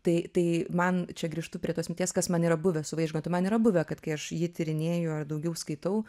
tai tai man čia grįžtu prie tos minties kas man yra buvę su vaižgantu man yra buvę kad kai aš jį tyrinėju ar daugiau skaitau